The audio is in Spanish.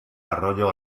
arroyo